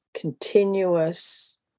continuous